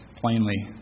plainly